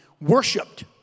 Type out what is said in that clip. worshipped